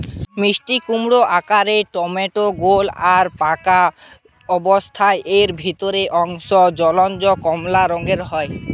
মিষ্টিকুমড়োর আকার পেটমোটা গোল আর পাকা অবস্থারে এর ভিতরের অংশ উজ্জ্বল কমলা রঙের হয়